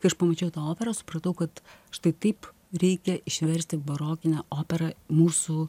kai aš pamačiau tą operą supratau kad štai taip reikia išversti barokinę operą mūsų